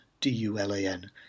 D-U-L-A-N